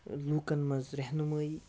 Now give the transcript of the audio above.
لوٗکَن منٛز رہنُمٲیی